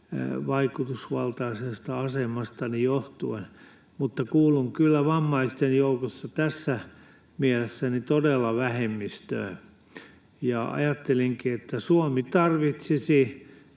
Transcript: vaikutusvaltaisesta asemastani johtuen, mutta kuulun kyllä vammaisten joukossa tässä mielessä todella vähemmistöön. Ajattelinkin, että Suomi tarvitsisi